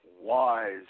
Wise